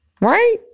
Right